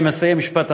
אני מסיים, משפט אחרון.